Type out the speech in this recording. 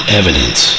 evidence